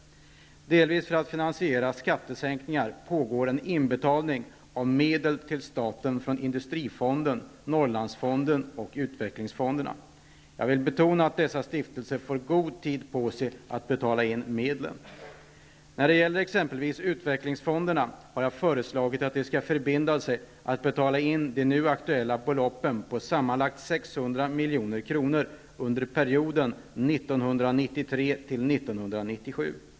Delvis för att finansiera skattesänkningar pågår en inbetalning av medel till staten från Industrifonden, Norrlandsfonden och utvecklingsfonderna. Jag vill betona att dessa stiftelser får god tid på sig att betala in medlen. När det gäller exempelvis utvecklingsfonderna har jag föreslagit att de skall förbinda sig att betala in de nu aktuella beloppen på sammanlagt 600 milj.kr. under perioden 1993--1997.